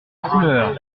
couleur